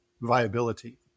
viability